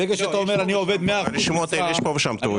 ברשימות האלה פה ושם יש טעויות.